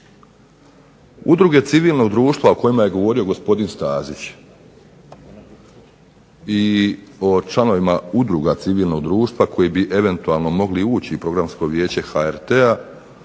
Udruge civilnog društva o kojima je govorio gospodin Stazić, i o članovima udruga civilnog društva, koji bi eventualno mogli ući u Programsko vijeće HRT-a